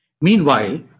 Meanwhile